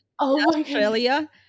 Australia